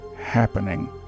happening